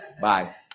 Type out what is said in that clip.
Bye